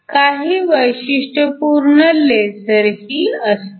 काही वैशिष्ट्यपूर्ण लेझरही असतात